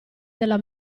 della